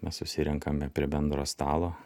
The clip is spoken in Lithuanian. mes susirenkame prie bendro stalo